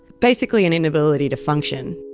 basically an inability to function.